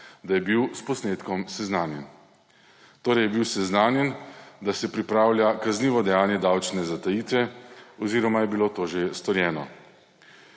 da je bil s posnetkom seznanjen. Torej je bil seznanjen, da se pripravlja kaznivo dejanje davčne zatajitve oziroma je bilo to že storjeno.